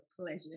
pleasure